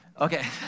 okay